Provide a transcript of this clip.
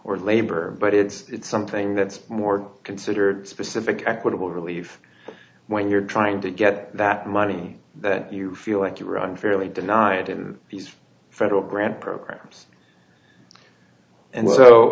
or labor but it's something that's more considered specific equitable relief when you're trying to get that money that you feel like you were unfairly denied in that piece federal grant programs and so